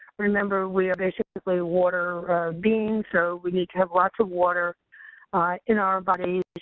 remember we are basically water beings, so we need to have lots of water in our bodies.